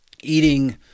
eating